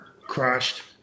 crushed